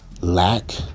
Lack